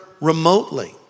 Remotely